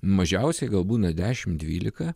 mažiausiai gal būna dešim dvylika